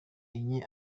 enye